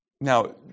Now